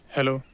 Hello